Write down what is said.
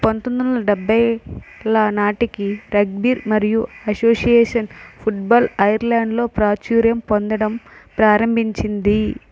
పంతొమ్మిది వందల డెభ్బైల నాటికి రగ్బీ మరియు అసోసియేషన్ ఫుట్బాల్ ఐర్లాండ్లో ప్రాచుర్యం పొందడం ప్రారంభించింది